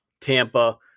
Tampa